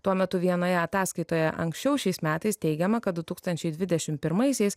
tuo metu vienoje ataskaitoje anksčiau šiais metais teigiama kad du tūkstančiai dvidešim pirmaisiais